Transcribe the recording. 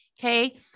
Okay